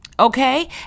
Okay